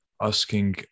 asking